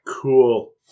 Cool